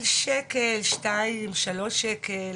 על שקל, שניים, שלושה שקלים.